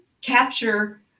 capture